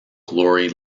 glory